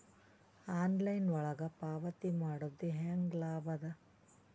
Online ಒಳಗ ಪಾವತಿ ಮಾಡುದು ಹ್ಯಾಂಗ ಲಾಭ ಆದ?